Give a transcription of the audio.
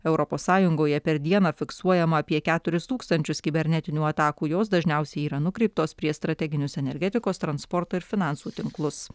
europos sąjungoje per dieną fiksuojama apie keturis tūkstančius kibernetinių atakų jos dažniausiai yra nukreiptos prieš strateginius energetikos transporto ir finansų tinklus